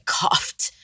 coughed